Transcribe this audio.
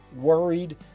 worried